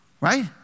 Right